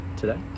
today